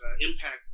impact